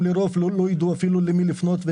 הם לרוב לא ידעו אפילו למי לפנות.